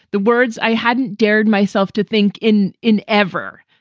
the words i hadn't dared myself to think in, in ever,